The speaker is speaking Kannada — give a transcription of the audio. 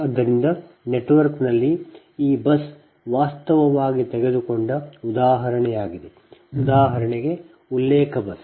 ಆದ್ದರಿಂದ ನೆಟ್ವರ್ಕ್ನಲ್ಲಿ ಈ ಬಸ್ ವಾಸ್ತವವಾಗಿ ತೆಗೆದುಕೊಂಡ ಉದಾಹರಣೆಯಾಗಿದೆ ಉದಾಹರಣೆಗೆ ಉಲ್ಲೇಖ ಬಸ್